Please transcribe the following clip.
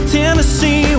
Tennessee